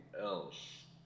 else